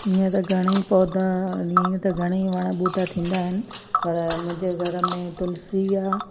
ईअं त घणई पौधा ईअं त घणई वण बूटा थींदा आहिनि पर मुंहिंजे घर में तुलसी आहे